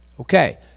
Okay